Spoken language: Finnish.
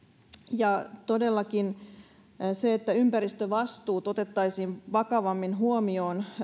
ja se että ympäristövastuut otettaisiin vakavammin huomioon